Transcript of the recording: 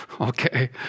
Okay